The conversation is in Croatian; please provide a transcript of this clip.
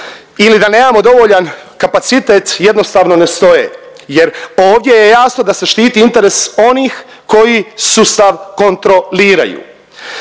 ili da nemamo dovoljan kapacitet jednostavno ne stoje jer ovdje je jasno da se štiti interes onih koji sustav kontroliraju.